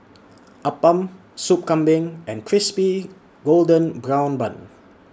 Appam Sup Kambing and Crispy Golden Brown Bun